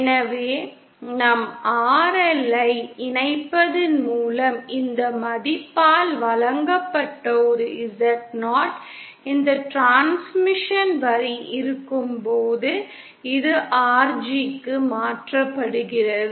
எனவே நம் RL ஐ இணைப்பதன் மூலம் இந்த மதிப்பால் வழங்கப்பட்ட ஒரு Zo இந்த டிரான்ஸ்மிஷன் வரி இருக்கும்போது இது RGக்கு மாற்றப்படுகிறது